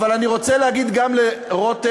אבל אני רוצה להגיד גם לרותם,